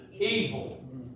evil